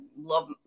love